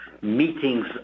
meetings